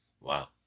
Wow